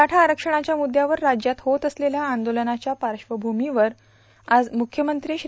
मराठा आरक्षणाच्या मुद्यावर राज्यात होत असलेल्या आंदोलनाच्या पार्श्वभूमीवर आज मुख्यमंत्री श्री